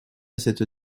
cette